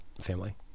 family